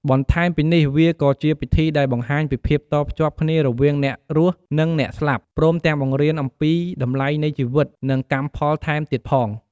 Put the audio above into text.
បន្ថែមពីនេះ វាក៏ជាពិធីដែលបង្ហាញពីភាពតភ្ជាប់គ្នារវាងអ្នករស់ និងអ្នកស្លាប់ ព្រមទាំងបង្រៀនអំពីតម្លៃនៃជីវិត និងកម្មផលថែមទៀតផង។